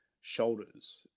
shoulders